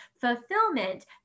fulfillment